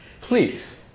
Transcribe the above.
Please